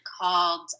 called